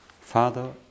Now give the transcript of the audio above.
Father